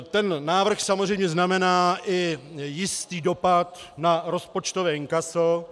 Ten návrh samozřejmě znamená i jistý dopad na rozpočtové inkaso.